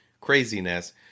craziness